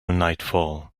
nightfall